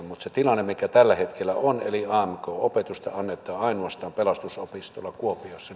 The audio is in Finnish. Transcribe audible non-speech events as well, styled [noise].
[unintelligible] mutta se tilanne mikä tällä hetkellä on eli amk opetusta annetaan ainoastaan pelastusopistolla kuopiossa [unintelligible]